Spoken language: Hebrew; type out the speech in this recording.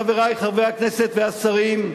חברי חברי הכנסת והשרים,